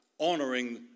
honouring